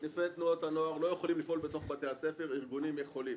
תנועות הנוער אינן יכולות לפעול בתוך בתי הספר וארגונים יכולים.